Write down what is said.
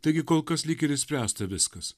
taigi kol kas lyg ir išspręsta viskas